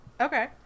Okay